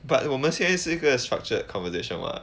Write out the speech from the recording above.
but 我们现在是一个 structured conversation [what]